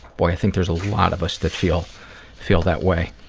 boy i think there's a lot of us that feel feel that way.